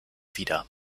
wider